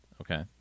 okay